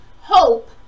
hope